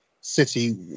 City